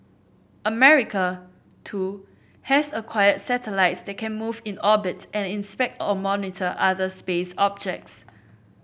America too has acquired satellites that can move in orbit and inspect or monitor other space objects